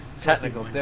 Technical